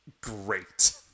great